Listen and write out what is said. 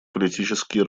политические